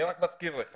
אני רק מזכיר לך